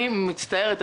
אני מצטערת,